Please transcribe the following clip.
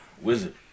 Wizard